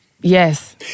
Yes